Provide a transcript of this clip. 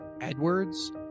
Edwards